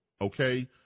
Okay